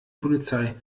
polizei